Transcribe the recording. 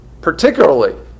particularly